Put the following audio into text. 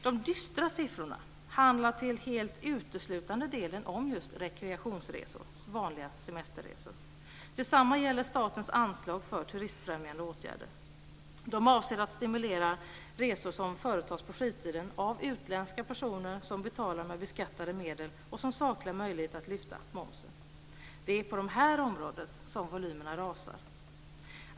De dystra siffrorna handlar nästan uteslutande om rekreationsresor, vanliga semesterresor. Detsamma gäller statens anslag för turismfrämjande åtgärder. De avser att stimulera resor som företas på fritiden av utländska personer som betalar med beskattade medel och som saknar möjlighet att lyfta momsen. Det är på dessa områden volymerna rasar.